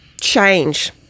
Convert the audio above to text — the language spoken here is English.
change